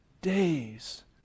Days